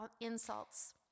insults